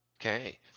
Okay